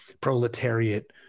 proletariat